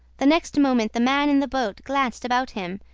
the next moment the man in the boat glanced about him,